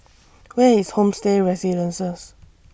Where IS Homestay Residences